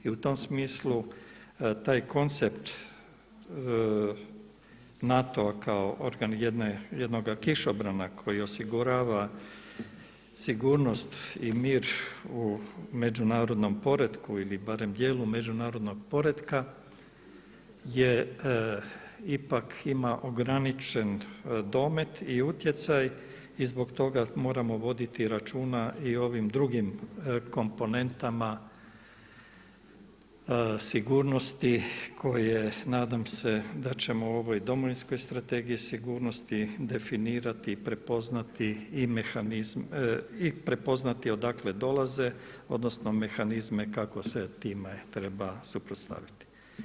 I u tom smislu taj koncept NATO-a kako jednoga kišobrana koji osigurava sigurnost i mir u međunarodnom poretku ili barem dijelu međunarodnog poretka je ipak ograničen domet i utjecaj i zbog toga moramo voditi računa i o ovim drugim komponentama sigurnosti koje nadam se da ćemo u ovoj domovinskoj strategiji sigurnosti definirati i prepoznati odakle dolaze odnosno mehanizme kako se time treba suprotstaviti.